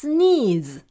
Sneeze